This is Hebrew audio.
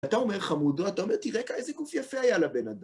אתה אומר חמודה, אתה אומר תראה כאן איזה גוף יפה היה לבן אדם.